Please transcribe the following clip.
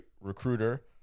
recruiter